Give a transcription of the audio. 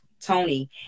Tony